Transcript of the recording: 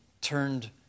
turned